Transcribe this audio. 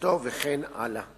לפעולתו וכן הלאה.